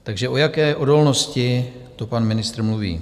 Takže o jaké odolnosti to pan ministr mluví?